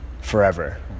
forever